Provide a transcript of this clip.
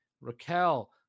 Raquel